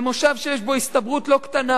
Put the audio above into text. מושב שיש בו הסתברות לא קטנה,